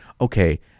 okay